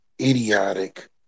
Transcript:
idiotic